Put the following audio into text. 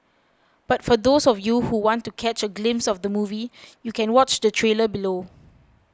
but for those of you who want to catch a glimpse of the movie you can watch the trailer below